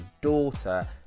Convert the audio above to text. daughter